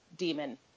demon